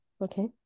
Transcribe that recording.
okay